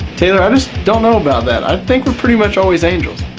taylor, i just don't know about that, i think we're pretty much always angels.